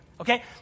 Okay